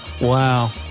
Wow